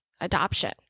adoption